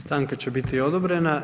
Stanka će biti odobrena.